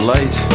light